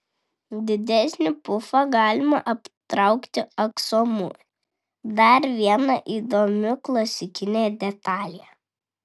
didesnį pufą galima aptraukti aksomu dar viena įdomi klasikinė detalė